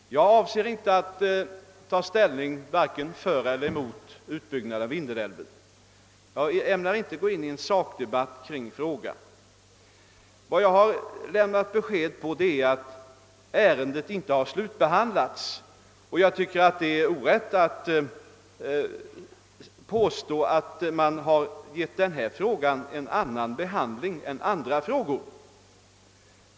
Jag avser inte att här ta ställning vare sig för eller emot utbyggnaden av Vindelälven, och jag ämnar inte gå in på någon sakdebatt i frågan. Vad jag lämnat besked om är att ärendet ännu inte har slutbehandlats. Det är orätt att påstå att denna fråga har behandlats annorlunda än andra frågor.